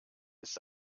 ist